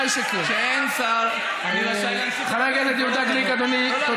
שאין שר, חבר הכנסת גליק, אני מנהל את הישיבה.